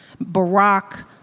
Barack